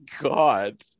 God